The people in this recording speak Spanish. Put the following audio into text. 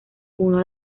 uno